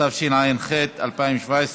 התשע"ח 2017,